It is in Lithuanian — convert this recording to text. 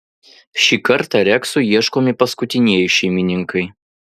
šį kartą reksui ieškomi paskutinieji šeimininkai